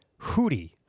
Hootie